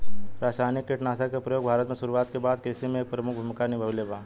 रासायनिक कीटनाशक के प्रयोग भारत में शुरुआत के बाद से कृषि में एक प्रमुख भूमिका निभाइले बा